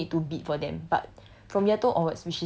like mods so you don't need to bid for them but